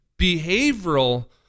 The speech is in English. Behavioral